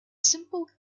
simplest